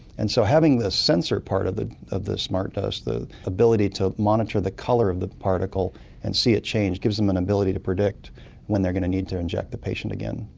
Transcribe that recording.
and so having this sensor part of the of the smart dose, the ability to monitor the colour of the particle and see it change gives them an ability to predict when they're going to need to inject the patient again.